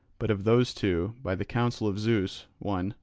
but of those two, by the counsel of zeus, one,